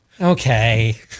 Okay